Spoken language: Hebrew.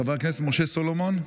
חבר הכנסת משה סולומון.